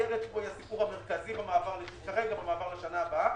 המסגרת פה היא הסיפור המרכזי במעבר לשנה הבאה.